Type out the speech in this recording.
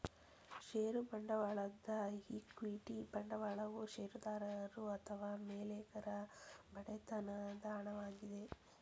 ಷೇರು ಬಂಡವಾಳದ ಈಕ್ವಿಟಿ ಬಂಡವಾಳವು ಷೇರುದಾರರು ಅಥವಾ ಮಾಲೇಕರ ಒಡೆತನದ ಹಣವಾಗಿದೆ